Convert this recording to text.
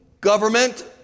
government